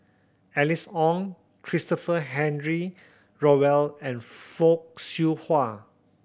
Alice Ong Christopher Henry Rothwell and Fock Siew Hua